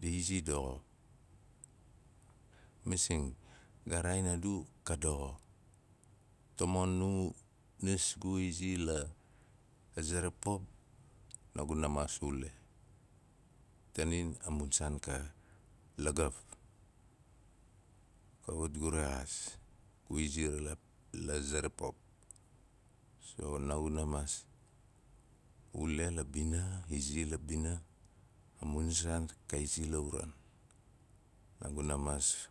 di izi doxo. Masing ga raaen a du ka doxo. Tamon nu nis gu izi la, aze ra pop naaguna maas uli, tanim amun saan ka lagaf. kawat gu rexaas gu izi la- la ze ra pop. So naaguna maas, ule la bina, izi la bina, a mun saan ka izi la uran. Naaguna maas